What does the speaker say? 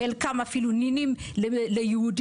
חלקם אפילו נינים ליהודים,